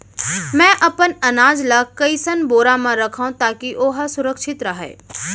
मैं अपन अनाज ला कइसन बोरा म रखव ताकी ओहा सुरक्षित राहय?